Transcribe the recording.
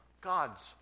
God's